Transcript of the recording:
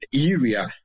area